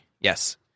Yes